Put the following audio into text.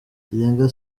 kirenga